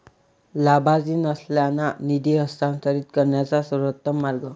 लाभार्थी नसलेल्यांना निधी हस्तांतरित करण्याचा सर्वोत्तम मार्ग